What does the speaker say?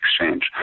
Exchange